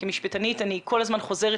כמשפטנית אני כל הזמן חוזרת